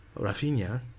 rafinha